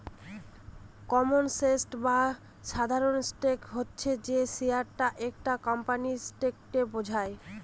common stock বা সাধারণ stock হচ্ছে যে শেয়ারটা একটা কোম্পানির স্টককে বোঝায়